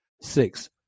Six